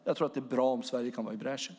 Jag tror att det är bra om Sverige kan gå i bräschen.